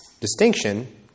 Distinction